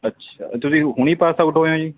ਅੱਛਾ ਤੁਸੀਂ ਹੁਣੀ ਪਾਸ ਆਊਟ ਹੋਏ ਹੋ ਜੀ